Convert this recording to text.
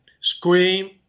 scream